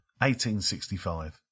1865